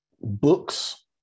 books